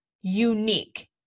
unique